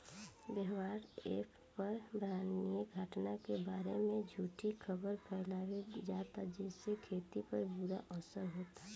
WhatsApp पर ब्रह्माण्डीय घटना के बारे में झूठी खबर फैलावल जाता जेसे खेती पर बुरा असर होता